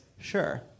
sure